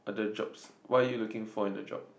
are the jobs what are you looking for in the job